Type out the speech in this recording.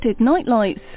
nightlights